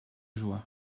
joie